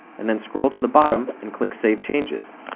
and then scroll to the bottom and click save changes.